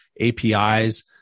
APIs